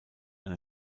eine